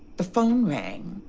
the phone rang.